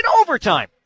overtime